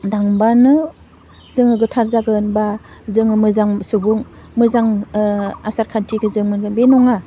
थांबानो जोङो गोथार जागोन बा जोङो मोजां सुबुं मोजां ओह आसारखान्थिखौ जों मोनगोन बे नङा